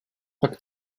tak